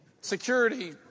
Security